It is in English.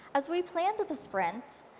as we planned the sprint,